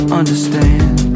understand